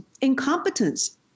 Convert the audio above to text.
incompetence